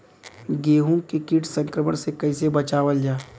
गेहूँ के कीट संक्रमण से कइसे बचावल जा?